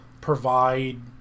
provide